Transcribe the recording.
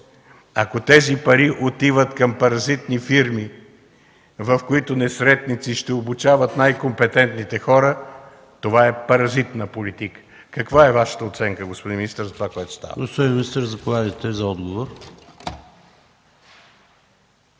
ако тези пари отиват към паразитни фирми, в които несретници ще обучават най-компетентните хора, това е паразитна политика. Каква е Вашата оценка, господин министър, за това, което става? ПРЕДСЕДАТЕЛ ПАВЕЛ ШОПОВ: Господин министър, заповядайте за отговор.